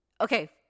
Okay